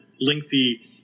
lengthy